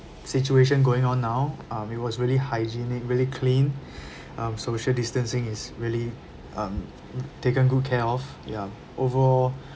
situation going on now um it was really hygienic really clean um social distancing is really um taken good care of ya overall